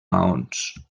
maons